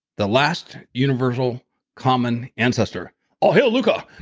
the last universal common ancestor oh hey, luca.